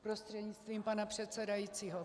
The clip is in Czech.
Prostřednictvím pana předsedajícího.